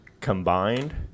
Combined